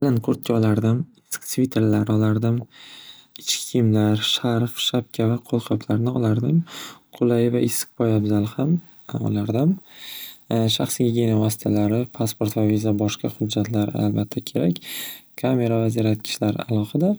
kurtka olardim issiq svitrlar olardim ichki kiyimlar sharf shapka va qolqoplarni olardim qulay va issiq poyabzal ham olardim shaxsiy gigiyena vositalari passport va viza boshqa hujjatlar albatta kerak kamera va zaryadkichlar alohida